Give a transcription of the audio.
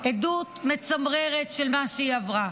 עדות מצמררת על מה שהיא עברה.